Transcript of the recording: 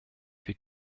wir